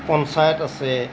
পঞ্চায়ত আছে